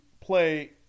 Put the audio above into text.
play